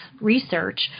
research